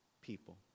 people